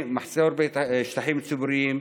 מחסור בשטחים ציבוריים,